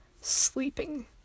sleeping